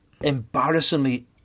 embarrassingly